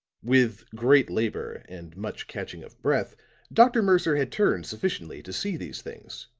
with great labor and much catching of breath dr. mercer had turned sufficiently to see these things.